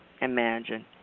imagine